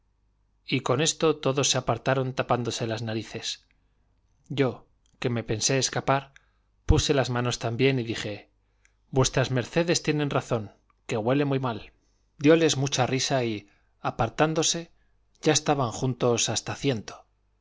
y con esto todos se apartaron tapándose las narices yo que me pensé escapar puse las manos también y dije v mds tienen razón que huele muy mal dioles mucha risa y apartándose ya estaban juntos hasta ciento